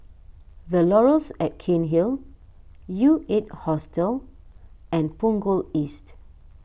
the Laurels at Cairnhill U eight Hostel and Punggol East